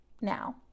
now